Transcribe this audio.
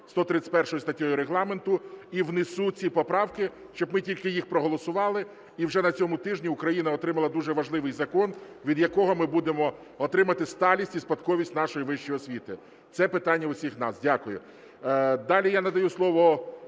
131 статтею Регламенту, і внесу ці поправки, щоб ми тільки їх проголосували. І вже на цьому тижні Україна отримала дуже важливий закон, від якого ми будемо отримувати сталість і спадковість нашої вищої освіти. Це питання усіх нас. Дякую.